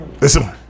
Listen